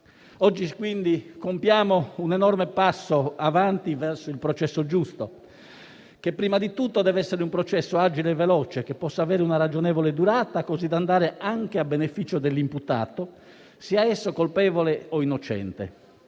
Oggi, quindi, compiamo un enorme passo avanti verso il processo giusto, che prima di tutto deve essere un processo agile e veloce, che possa avere una ragionevole durata così da andare anche a beneficio dell'imputato, sia esso colpevole o innocente.